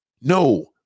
No